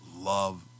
Love